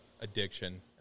addiction